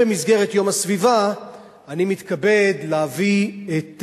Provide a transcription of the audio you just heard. במסגרת יום הסביבה אני מתכבד להביא את